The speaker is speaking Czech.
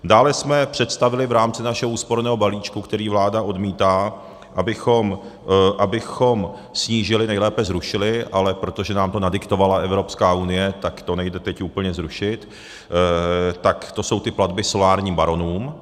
Dále jsme představili v rámci našeho úsporného balíčku, který vláda odmítá, abychom snížili, nejlépe zrušili, ale protože nám to nadiktovala Evropská unie, tak to nejde teď úplně zrušit, tak to jsou ty platby solárním baronům.